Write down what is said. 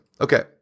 Okay